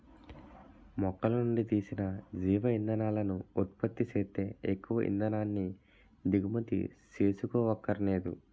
మొక్కలనుండి తీసిన జీవ ఇంధనాలను ఉత్పత్తి సేత్తే ఎక్కువ ఇంధనాన్ని దిగుమతి సేసుకోవక్కరనేదు